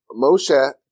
Moshe